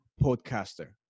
podcaster